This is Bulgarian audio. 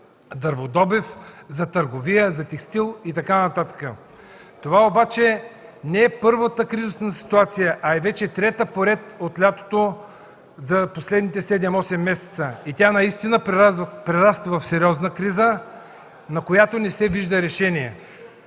за дърводобив, за търговия, текстил и така нататък. Това обаче не е първата кризисна ситуация, а е вече трета поред от лятото за последните седем-осем месеца. Тя наистина прераства в сериозна криза, на която не се вижда решение.